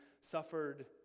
suffered